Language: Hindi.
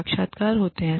साक्षात्कार होते हैं